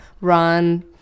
run